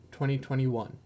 2021